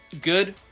good